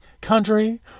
country